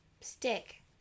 Stick